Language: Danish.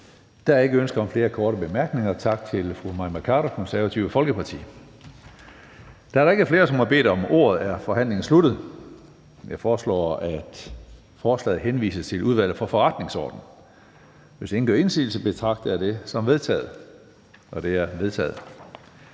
Der er ikke ønske om flere korte bemærkninger. Tak til fru Mai Mercado, Det Konservative Folkeparti. Da der ikke er flere, som har bedt om ordet, er forhandlingen sluttet. Jeg foreslår, at forslaget til folketingsbeslutning henvises til Udvalget for Forretningsordenen. Hvis ingen gør indsigelse, betragter jeg det som vedtaget. Det er vedtaget.